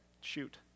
shoot